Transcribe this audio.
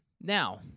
Now